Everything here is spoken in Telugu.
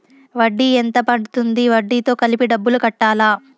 వడ్డీ ఎంత పడ్తుంది? వడ్డీ తో కలిపి డబ్బులు కట్టాలా?